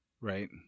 Right